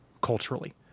culturally